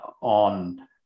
on